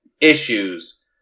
issues